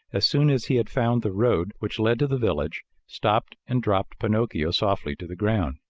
as soon as he had found the road which led to the village, stopped and dropped pinocchio softly to the ground.